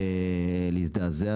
להזדעזע,